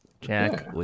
Jack